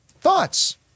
thoughts